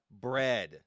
bread